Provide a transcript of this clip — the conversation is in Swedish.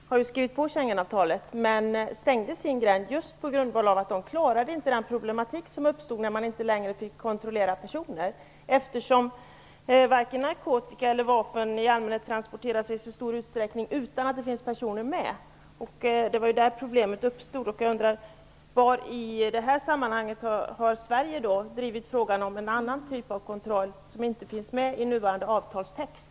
Herr talman! Frankrike har skrivit på Schengenavtalet, men där stängdes gränsen på grundval av att man inte klarade den problematik som uppstod när man inte längre fick kontrollera personer. Varken narkotika eller vapen transporteras i något större utsträckning utan att personer finns med i bilden. På grund av det uppstod ett problem. Var i detta sammanhang har Sverige drivit frågan om en annan typ av kontroll, som inte finns med i nuvarande avtalstext?